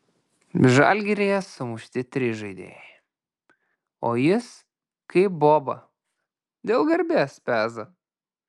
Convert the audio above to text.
žalgiryje sumušti trys žaidėjai o jis kaip boba dėl garbės peza